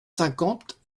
cinquante